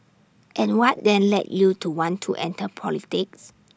and what then led you to want to enter politics